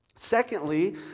Secondly